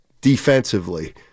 defensively